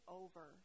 over